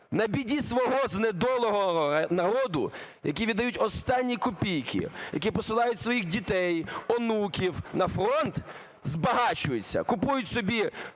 на біді свого знедоленого народу, які віддають останні копійки, які посилають своїх дітей, онуків на фронт, збагачуються, купують собі